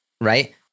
Right